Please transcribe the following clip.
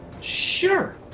Sure